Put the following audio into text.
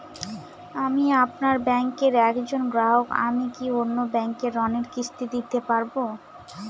আমি আপনার ব্যাঙ্কের একজন গ্রাহক আমি কি অন্য ব্যাঙ্কে ঋণের কিস্তি দিতে পারবো?